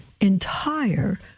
entire